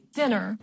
dinner